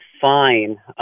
fine